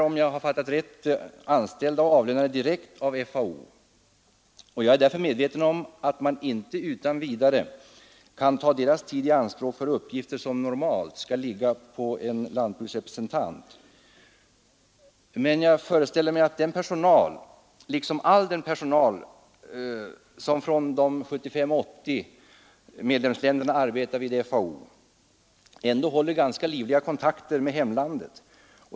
Om jag fattat rätt är de anställda och avlönade direkt av FAO, och därför är jag medveten om att man inte utan vidare kan ta deras tid i anspråk för uppgifter som normalt skall ligga på en lantbruksrepresentant. Men jag föreställer mig att den personalen liksom all annan personal från de 75—80 medlemsländerna som arbetar vid FAO ändå håller ganska livliga kontakter med hemlandet.